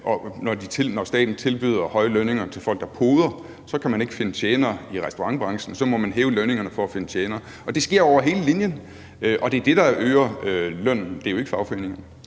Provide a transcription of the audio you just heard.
for når staten tilbyder høje lønninger til folk, der poder, så kan man ikke finde tjenere i restaurationsbranchen, og så må man hæve lønningerne for at finde tjenere, og det sker over hele linjen, og det er det, der øger lønnen, det er jo ikke fagforeningerne.